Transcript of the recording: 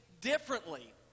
differently